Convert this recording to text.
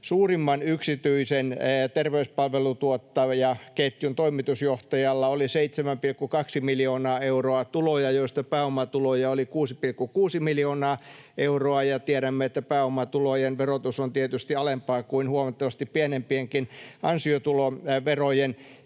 suurimman yksityisen terveyspalvelutuottajaketjun toimitusjohtajalla oli 7,2 miljoonaa euroa tuloja, joista pääomatuloja oli 6,6 miljoonaa euroa, ja tiedämme, että pääomatulojen verotus on tietysti alempaa kuin huomattavasti pienempienkin ansiotuloverojen.